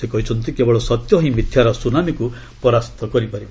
ସେ କହିଛନ୍ତି କେଳବ ସତ୍ୟ ହିଁ ମିଥ୍ୟାର ସୁନାମୀକୁ ପରାସ୍ତ କରିବ